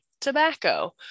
tobacco